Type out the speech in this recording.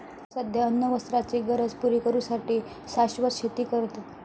सध्या अन्न वस्त्राचे गरज पुरी करू साठी शाश्वत शेती करतत